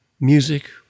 music